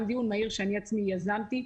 גם דיון מהיר שאני עצמי יזמתי,